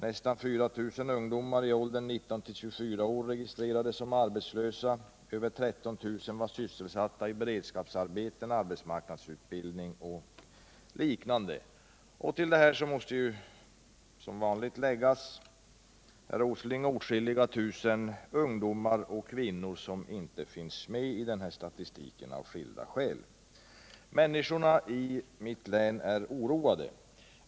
Nästan 4 000 ungdomar i åldrarna att upprätthålla Sysselsättningen Norrbotten i 60 Till detta måste som vanligt läggas, herr Åsling, åtskilliga tusen ungdomar och kvinnor som av skilda skäl icke finns med i denna statistik. Människorna i mitt län är oroade.